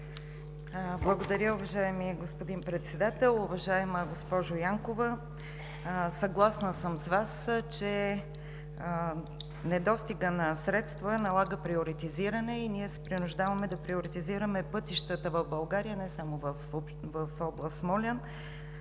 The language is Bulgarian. Благодаря, уважаеми господин Председател. Уважаема госпожо Янкова, съгласна съм с Вас, че недостигът на средства налага приоритизиране и ние се принуждаваме да приоритизираме пътищата в България – не само в област Смолян,